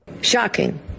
Shocking